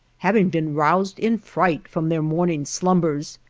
having been roused in fright from their morning slumbers,